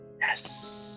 Yes